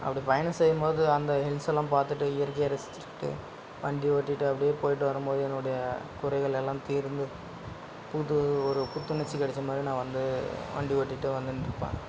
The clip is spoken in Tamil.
அப்படி பயணம் செய்யும்போது அந்த ஹில்ஸ் எல்லாம் பார்த்துட்டு இயற்கையை ரசிச்சுக்கிட்டு வண்டி ஓட்டிகிட்டு அப்படியே போய்விட்டு வரும்போது என்னுடைய குறைகள் எல்லாம் தீர்ந்து புது ஒரு புத்துணர்ச்சி கிடைச்ச மாதிரி நான் வந்து வண்டி ஓட்டிகிட்டு வந்து நிற்பேன்